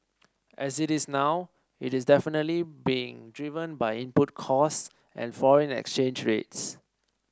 as it is now is definitely being driven by input costs and foreign exchange rates